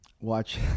watch